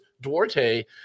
Duarte